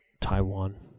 Taiwan